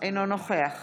אינו נוכח